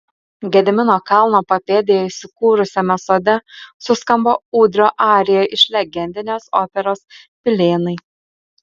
gedimino kalno papėdėje įsikūrusiame sode suskambo ūdrio arija iš legendinės operos pilėnai